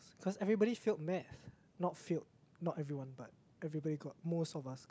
cause everybody failed math not failed not everyone but everybody got most of us